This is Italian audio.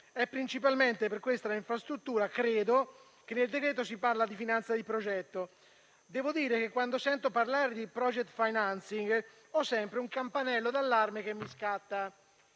È principalmente per questa infrastruttura - credo - che nel decreto-legge si parla di finanza di progetto. Devo dire che quando sento parlare di *project financing* mi scatta sempre un campanello d'allarme. Nel Paese